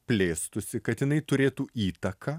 plėstųsi kad jinai turėtų įtaką